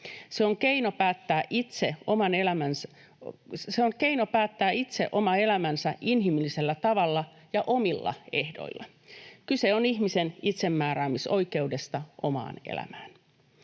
Se on keino päättää itse oma elämänsä inhimillisellä tavalla ja omilla ehdoilla. Kyse on ihmisen itsemääräämisoikeudesta omaan elämään.